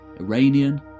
Iranian